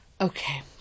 Okay